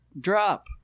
drop